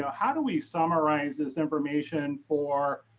ah how do we summarize this information for,